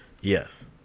Yes